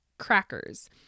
crackers